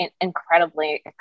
incredibly